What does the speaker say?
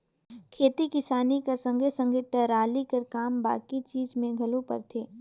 खेती किसानी कर संघे सघे टराली कर काम बाकी चीज मे घलो परथे